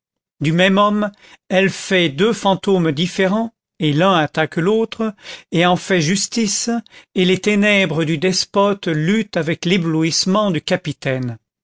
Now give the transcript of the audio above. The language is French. du même homme elle fait deux fantômes différents et l'un attaque l'autre et en fait justice et les ténèbres du despote luttent avec l'éblouissement du capitaine